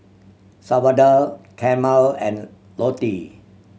Salvador Carmel and Lottie